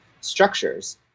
structures